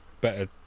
better